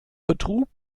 betrug